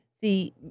See